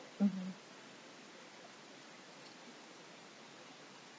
mmhmm